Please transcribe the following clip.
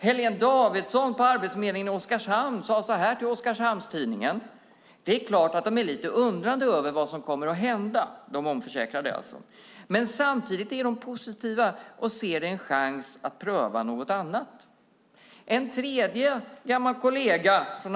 Heléne Davidsson på Arbetsförmedlingen säger i Oskarshamnstidningen att det är klart att de omförsäkrade är lite undrande över vad som kommer att hända men att de samtidigt är positiva och ser en chans att pröva något annat.